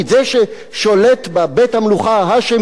זה ששולט שם בית-המלוכה ההאשמי,